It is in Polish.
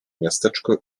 miasteczko